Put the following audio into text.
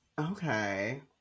Okay